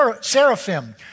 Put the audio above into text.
seraphim